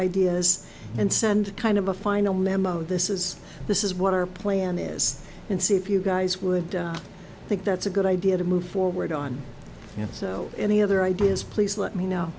ideas and send kind of a final memo this is this is what our plan is and see if you guys would think that's a good idea to move forward on it so any other ideas please let me know